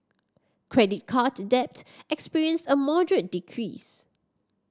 credit card debt experienced a moderate decrease